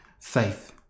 faith